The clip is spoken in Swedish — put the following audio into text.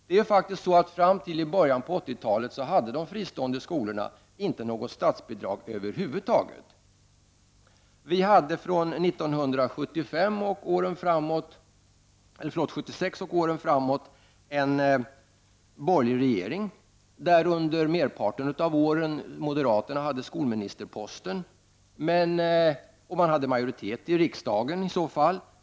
Fram till början av 1980-talet fick de fristående skolorna inte några statsbidrag över huvud taget. Från 1976 och åren framåt var det en borgerlig regering där under merparten av åren moderaterna hade skolministerposten, och de hade bakom sig en majoritet i riksdagen.